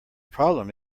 problem